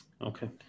Okay